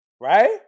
Right